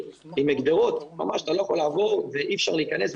עם גדרות ואתה לא יכול לעבור ואי אפשר להיכנס.